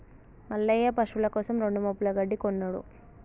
మల్లయ్య పశువుల కోసం రెండు మోపుల గడ్డి కొన్నడు